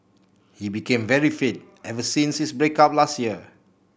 he became very fit ever since his break up last year